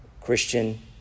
Christian